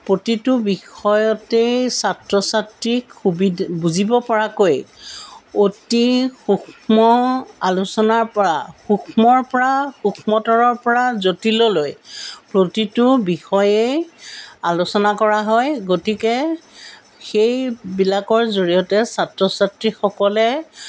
প্ৰতিটো বিষয়তেই ছাত্ৰ ছাত্ৰীক সুবি বুজিব পৰাকৈ অতি সূক্ষ্ম আলোচনাৰ পৰা সূক্ষ্মৰ পৰা সূক্ষ্মতৰৰ পৰা জটিললৈ প্ৰতিটো বিষয়েই আলোচনা কৰা হয় গতিকে সেইবিলাকৰ জৰিয়তে ছাত্ৰ ছাত্ৰীসকলে